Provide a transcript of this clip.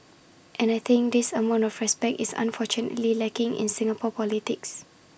and I think this amount of respect is unfortunately lacking in Singapore politics